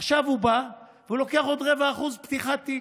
עכשיו הוא בא והוא לוקח עוד 0.25% על פתיחת תיק.